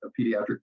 Pediatric